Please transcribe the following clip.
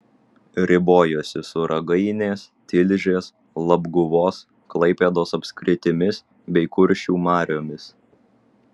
ribojosi su ragainės tilžės labguvos klaipėdos apskritimis bei kuršių mariomis